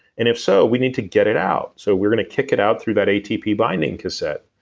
and if so, we need to get it out. so we're gonna kick it out through that atp binding cassette.